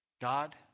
God